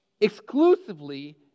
exclusively